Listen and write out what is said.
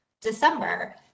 December